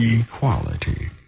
equality